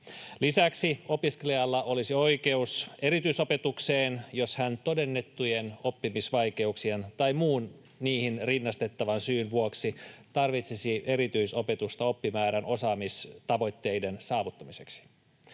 Lisäksi opiskelijalla olisi oikeus erityisopetukseen, jos hän todennettujen oppimisvaikeuksien tai muun niihin rinnastettavan syyn vuoksi tarvitsisi erityisopetusta oppimäärän osaamistavoitteiden saavuttamiseksi.